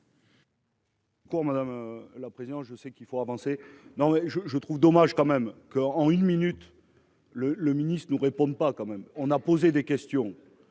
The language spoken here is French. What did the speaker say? je trouve dommage quand même que en une minute. Le, le ministre nous répondent pas quand même on a posé des questions